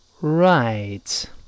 right